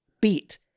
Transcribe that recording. beat